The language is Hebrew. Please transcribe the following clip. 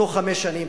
בתוך חמש שנים,